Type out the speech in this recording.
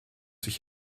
sich